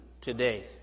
today